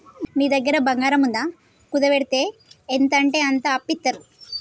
నీ దగ్గర బంగారముందా, కుదువవెడ్తే ఎంతంటంత అప్పిత్తరు